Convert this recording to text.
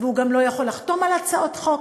והוא גם לא יכול לחתום על הצעות חוק,